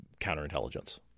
counterintelligence